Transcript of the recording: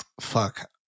Fuck